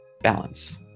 balance